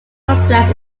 complex